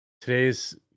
Today's